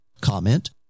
comment